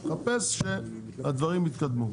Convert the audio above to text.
אני מחפש שהדברים יתקדמו.